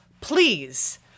please